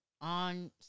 on